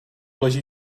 leží